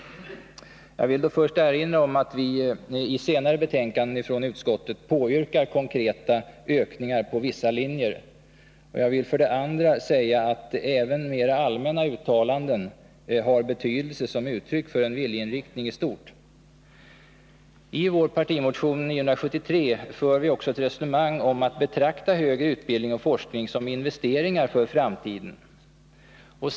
Jag vill då först erinra om att vi i senare betänkanden från utskottet påyrkar konkreta ökningar på vissa linjer. Jag vill för det andra säga att även mera allmänna uttalanden har betydelse som uttryck för en viljeinriktning i stort. I vår partimotion 973 för vi också ett resonemang om att man skall betrakta högre utbildning och forskning som investeringar för framtiden.